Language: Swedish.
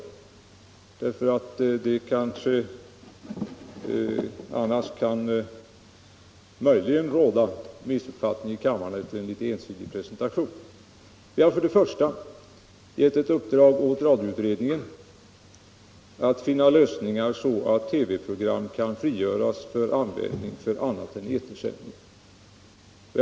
Efter den litet ensidiga presentationen kan det kanske annars råda missuppfattningar i kammaren om det. Vi har för det första givit radioutredningen i uppdrag att finna lösningar så att TV-program kan frigöras för användning till annat än etersändningar.